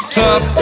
tough